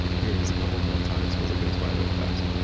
here it is a couple more times because it goes by really fast